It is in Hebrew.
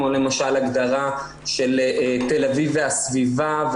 כמו למשל - הגדרה של תל אביב והסביבה,